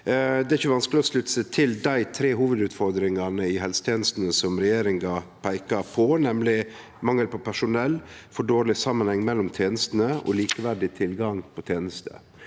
Det er ikkje vanskeleg å slutte seg til dei tre hovudutfordringane i helsetenestene som regjeringa peikar på, nemleg mangel på personell, for dårleg samanheng mellom tenestene og mangel på likeverdig tilgang til tenester.